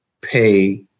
pay